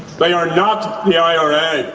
they are not the ira.